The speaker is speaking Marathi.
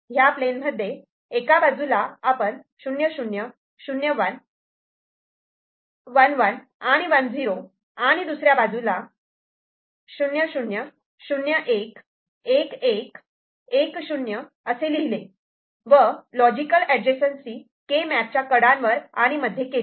ह्या प्लेनच्या एका बाजूला आपण 0 0 0 1 1 1 1 0 आणि दुसऱ्या बाजूला 0 0 0 1 1 1 1 0 असे लिहिले व लॉजिकल अडजेसन्सी केमॅप च्या कडांवर आणि मध्ये केली